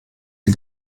die